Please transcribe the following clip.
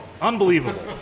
unbelievable